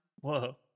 whoa